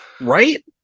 right